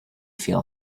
feel